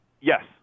yes